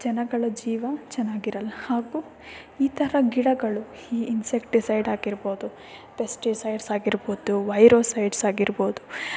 ಜನಗಳ ಜೀವ ಚೆನ್ನಾಗಿರಲ್ಲ ಹಾಗೂ ಈ ಥರ ಗಿಡಗಳು ಈ ಇನ್ಸೆಕ್ಟಿಸೈಡ್ ಆಗಿರ್ಬೋದು ಪೆಸ್ಟಿಸೈಡ್ಸ್ ಆಗಿರ್ಬೋದು ವೈರೋಸೈಡ್ಸ್ ಆಗಿರ್ಬೋದು